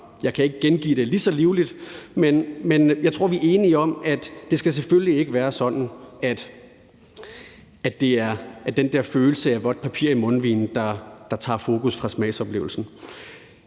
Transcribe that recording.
Jeg kan ikke gengive det ligeså livligt. Men jeg tror, at vi er enige om, at det selvfølgelig ikke skal være sådan, at det er den der følelse af vådt papir i mundvigene, der tager fokus fra smagsoplevelsen.